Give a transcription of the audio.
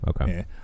okay